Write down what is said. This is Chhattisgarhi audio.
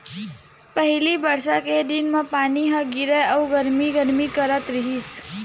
पहिली बरसा के दिन म पानी ह गिरय अउ गरमी म गरमी करथ रहिस